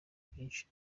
byinshi